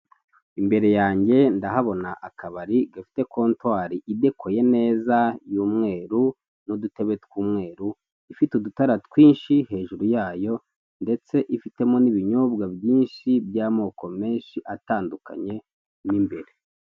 Imbere yange ndahabona akabari gafite kontwari idekoye neza y'umweru n'udutebe tw'umweru ifite udutara twinshi hajuru yayo ndetse ifitemo n'ibinyobwa byinshi by'amoko menshi atandukanye mu imbere.